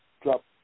drop